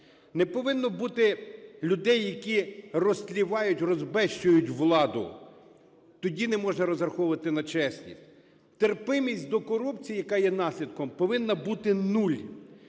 Не повинно бути людей, які розтлівають, розбещують владу, тоді не можна розраховувати на чесність. Терпимість до корупції, яка є наслідком, повинна бути нуль.